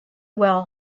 well